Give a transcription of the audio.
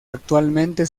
actualmente